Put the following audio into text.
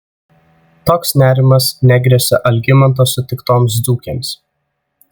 toks nerimas negresia algimanto sutiktoms dzūkėms